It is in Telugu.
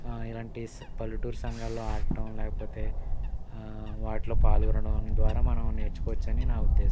ఇలాంటి స పల్లెటూరి సంఘాలలో ఆడటం లేకపోతే వాటిలో పాల్గొనడం ద్వారా మనం నేర్చుకోవచ్చని నా ఉద్దేశం